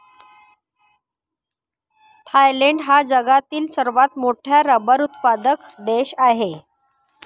Thailand हा जगातील सर्वात मोठा रबर उत्पादक देश आहे